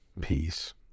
peace